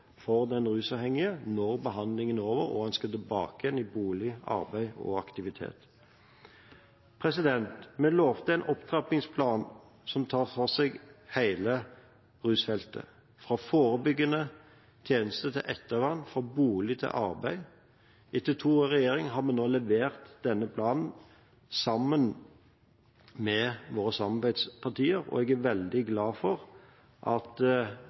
for den rusavhengige når behandlingen er over og en skal tilbake igjen i bolig, arbeid og aktivitet. Vi lovte en opptrappingsplan som tar for seg hele rusfeltet – fra forebyggende tjeneste til ettervern, fra bolig til arbeid. Etter to i regjering har vi nå levert denne planen sammen med våre samarbeidspartier, og jeg er veldig glad for at